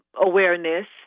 awareness